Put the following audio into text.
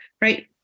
right